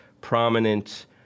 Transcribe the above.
prominent